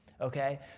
Okay